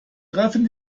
treffen